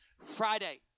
Friday